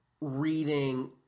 reading